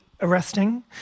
arresting